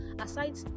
Aside